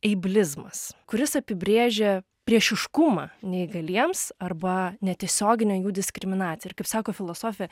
eiblizmas kuris apibrėžia priešiškumą neįgaliems arba netiesioginę jų diskriminaciją ir kaip sako filosofė